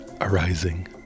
Arising